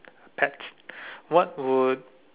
pets what would